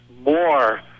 more